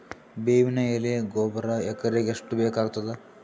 ಬೇವಿನ ಎಲೆ ಗೊಬರಾ ಎಕರೆಗ್ ಎಷ್ಟು ಬೇಕಗತಾದ?